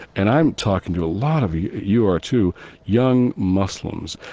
and i'm talking to a lot of you you are, too young muslims.